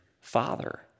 Father